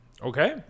Okay